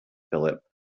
philip